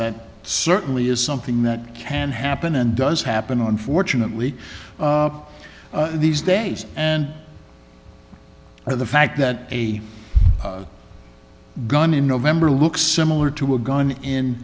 that certainly is something that can happen and does happen unfortunately these days and or the fact that a gun in november looks similar to a gun in